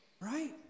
Right